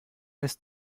ist